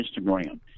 Instagram